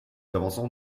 avançons